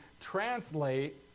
translate